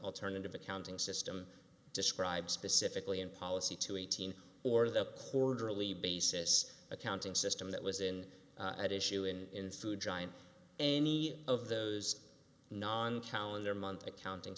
alternative accounting system described specifically in policy two eighteen or the quarterly basis accounting system that was in at issue in food giant any of those non calendar month accounting